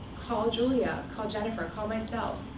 call julia, call jennifer, call myself.